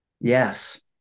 Yes